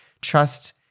trust